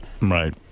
Right